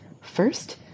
first